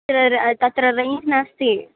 तत्र र तत्र रेञ्ज् नास्ति